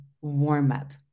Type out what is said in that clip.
warm-up